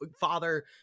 father